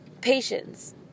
Patience